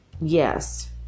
yes